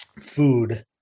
food